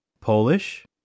Polish